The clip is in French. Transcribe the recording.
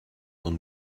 dont